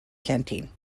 canteen